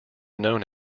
known